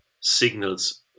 signals